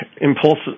impulsive